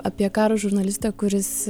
apie karo žurnalistą kuris